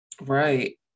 Right